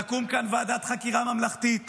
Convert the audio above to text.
תקום כאן ועדת חקירה ממלכתית